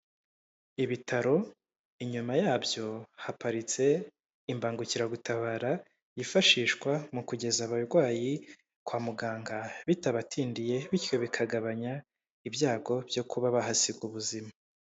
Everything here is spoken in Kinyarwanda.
Ibitaro inyuma yabyo haparitse imbangukiragutabara yifashishwa mu kugeza abarwayi kwa muganga bitabatindiye, bityo bikagabanya ibyago byo kuba bahasiga ubuzima.